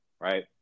right